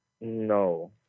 No